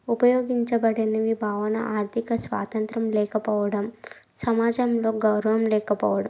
ఉపయోగించబడనవి భావన ఆర్థిక స్వాతంత్రం లేకపోవడం సమాజంలో గౌరవం లేకపోవడం